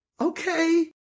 Okay